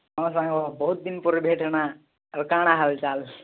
ହଁ ସ୍ୱାଇଁ ବାବୁ ବହୁତ୍ ଦିନ୍ପରେ ଭେଟ୍ ହେନା ଏବେ କାଣା ହାଲ୍ଚାଲ୍